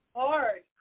hard